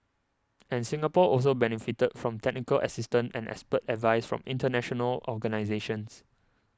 and Singapore also benefited from technical assistance and expert advice from international organisations